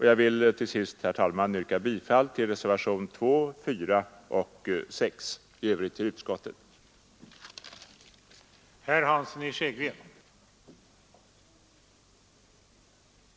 Jag ber till sist, herr talman, att få yrka bifall till reservationerna 2, 4 och 6 samt i övrigt till utskottets hemställan.